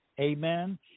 Amen